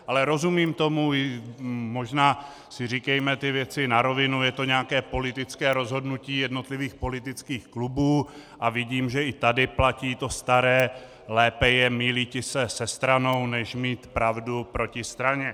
Ale rozumím tomu, i možná si říkejme ty věci na rovinu, je to nějaké politické rozhodnutí jednotlivých politických klubů a vidím, že i tady platí to staré: lépe je mýliti se se stranou než mít pravdu proti straně.